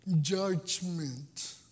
Judgment